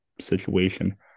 situation